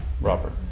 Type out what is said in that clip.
Robert